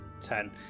Ten